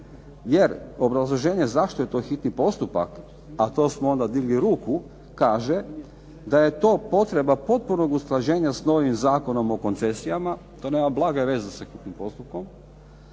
jer obrazloženje zašto je to hitni postupak a to smo onda digli ruku kaže da je to potrebna potpunog usklađenja s novim Zakonom o koncesijama, to nema blage veze s hitnim postupkom,